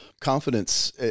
Confidence